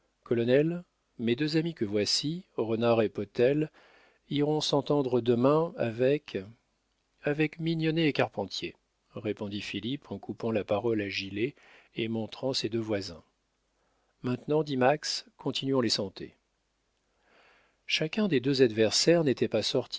mes deux amis que voici renard et potel iront s'entendre demain avec avec mignonnet et carpentier répondit philippe en coupant la parole à gilet et montrant ses deux voisins maintenant dit max continuons les santés chacun des deux adversaires n'était pas sorti